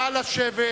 נא לשבת.